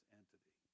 entity